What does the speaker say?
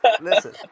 Listen